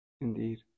Indeed